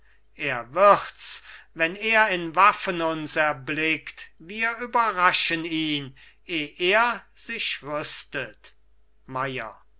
er wird's wenn er in waffen uns erblickt wir überraschen ihn eh er sich rüstet